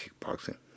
kickboxing